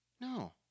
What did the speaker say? No